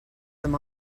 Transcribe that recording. them